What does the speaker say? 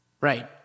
Right